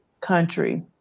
country